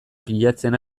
bilatzen